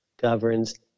governs